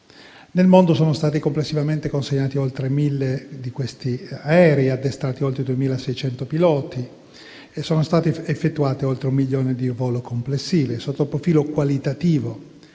Nel mondo sono stati complessivamente consegnati oltre 1.000 di questi aerei, sono stati addestrati oltre 2.600 piloti e sono state effettuate oltre un milione di ore di volo complessive. Sotto il profilo qualitativo,